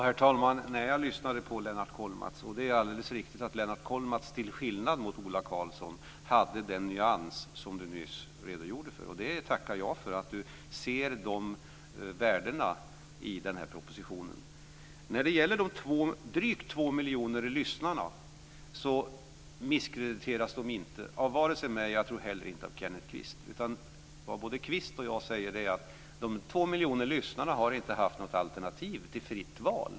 Herr talman! Det är alldeles riktigt att Lennart Kollmats till skillnad från Ola Karlsson hade den nyans som han nyss redogjorde för. Jag tackar för att han ser de värdena i den här propositionen. De drygt 2 miljonerna lyssnare misskrediteras inte av mig och jag tror inte heller av Kenneth Kvist. Vad både Kvist och jag säger är att de 2 miljonerna lyssnare har inte haft något alternativ till fritt val.